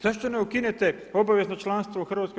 Zašto ne ukinete obavezno članstvo u HGK?